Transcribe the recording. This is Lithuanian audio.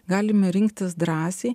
galime rinktis drąsiai